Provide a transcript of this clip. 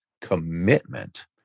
commitment